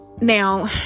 now